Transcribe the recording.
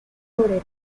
obrero